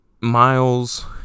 Miles